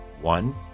One